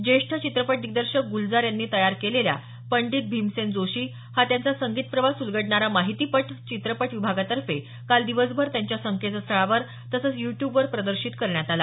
ज्येष्ठ चित्रपट दिग्दर्शक गुलजार यांनी तयार केलेला पंडीत भीमसेन जोशी हा त्यांचा संगीत प्रवास उलगडणारा माहितीपट चित्रपट विभागातर्फे काल दिवसभर त्यांच्या संकेतस्थळावर तसंच यू ट्यूब वर प्रदर्शित करण्यात आला